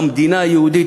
במדינה היהודית,